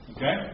Okay